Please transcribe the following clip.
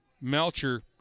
Melcher